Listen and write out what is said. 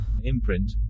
Imprint